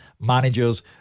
managers